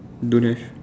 don't have